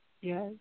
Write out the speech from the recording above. Yes